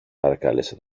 παρακάλεσε